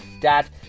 dad